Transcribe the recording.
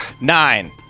Nine